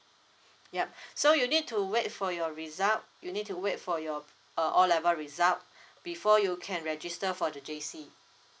yup so you need to wait for your result you need to wait for your uh O level result before you can register for the J_C